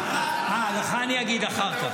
--- אה, לך אני אגיד אחר כך.